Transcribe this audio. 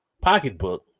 pocketbook